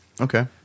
Okay